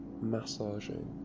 massaging